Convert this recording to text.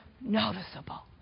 noticeable